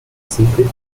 secret